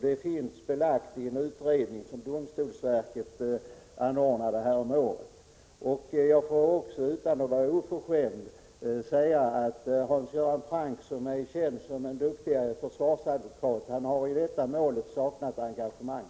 Det finns belagt i en utredning som domstolsverket lät utföra häromåret. Utan att vara oförskämd vill jag säga att Hans Göran Franck, som är känd som en duktig försvarsadvokat, i detta mål har saknat engagemang.